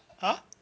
!huh!